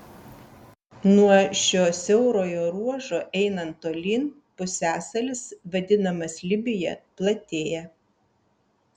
nuo šio siaurojo ruožo einant tolyn pusiasalis vadinamas libija platėja